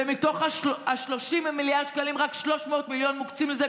ומתוך 30 מיליארד שקלים רק 300 מיליון מוקצים לזה,